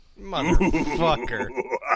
Motherfucker